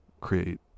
create